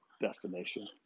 destination